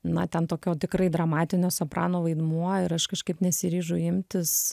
na ten tokio tikrai dramatinio soprano vaidmuo ir aš kažkaip nesiryžau imtis